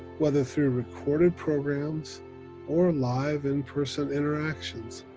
whether through recorded programs or live, in-person interactions.